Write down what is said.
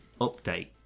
update